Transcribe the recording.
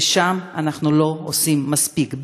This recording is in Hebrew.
ושם אנחנו לא עושים מספיק,